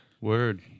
Word